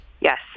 Yes